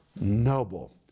noble